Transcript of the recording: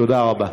תודה רבה.